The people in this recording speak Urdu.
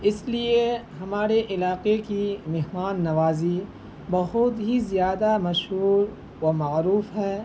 اس لیے ہمارے علاقے کی مہمان نوازی بہت ہی زیادہ مشہور و معروف ہے